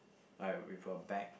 like with a bag